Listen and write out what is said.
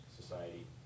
society